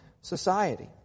society